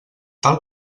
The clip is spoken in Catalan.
tal